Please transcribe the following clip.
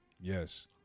Yes